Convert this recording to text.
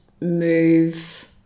move